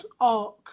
arc